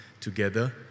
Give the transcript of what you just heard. together